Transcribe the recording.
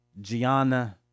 Gianna